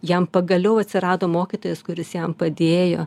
jam pagaliau atsirado mokytojas kuris jam padėjo